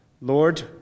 Lord